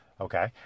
okay